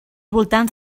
voltants